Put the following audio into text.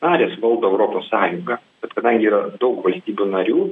narės valdo europos sąjungą bet kadangi yra daug valstybių narių